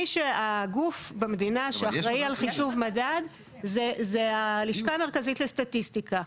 הגוף במדינה שאחראי על חישוב ממד הוא הלשכה המרכזית לסטטיסטיקה.